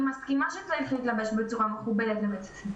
אני מסכימה שצריך להתלבש בצורה מכובדת לבית הספר